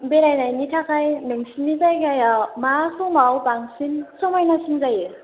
बेरायनायनि थाखाय नोंसोरनि जायगाया मा समाव बांसिन समायनासिन जायो